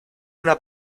una